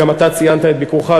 וגם אתה ציינת את ביקורך,